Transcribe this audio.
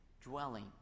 dwelling